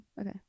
okay